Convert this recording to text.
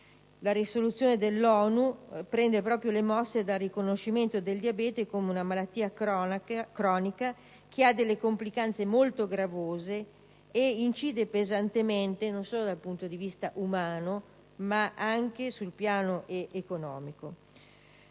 La risoluzione dell'ONU prende proprio le mosse dal riconoscimento del diabete come malattia cronica che ha delle complicanze molto gravose e che incide pesantemente, non solo dal punto di vista umano, ma anche sul piano economico.